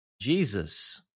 Jesus